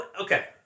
Okay